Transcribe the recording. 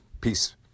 Peace